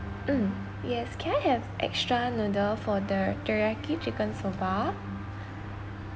mm yes can I have extra noodle for the teriyaki chicken soba